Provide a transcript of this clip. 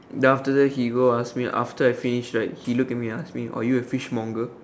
then after that he go ask me after I finish right he look at me and ask me are you a fishmonger